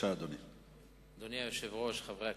אדוני היושב-ראש, חברי הכנסת,